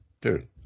dude